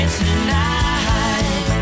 tonight